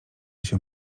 się